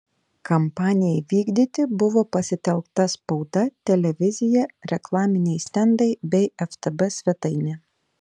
kampanijai vykdyti buvo pasitelkta spauda televizija reklaminiai stendai bei ftb svetainė